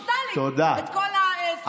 טוטלית את כל זכויות הפרט של אזרחי ישראל.